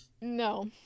No